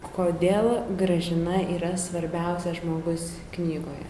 kodėl gražina yra svarbiausias žmogus knygoje